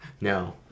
No